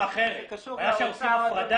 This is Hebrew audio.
אדוני.